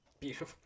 beautiful